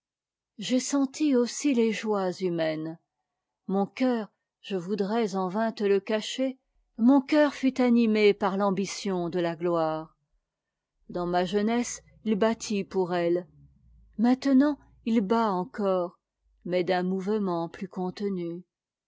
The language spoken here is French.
j'ai senti aussi les joies humaines mon coeur je voudrais en vain te le cacher mon cœur fut animé par l'ambition de la gloire dans ma jeunesse il battit pour elle maintenant il bat encore mais d'un mouvement plus contenu